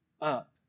up